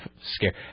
scare